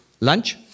lunch